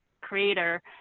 creator